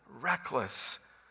reckless